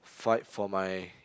fight for my